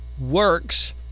works